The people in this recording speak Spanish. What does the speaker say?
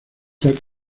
ganó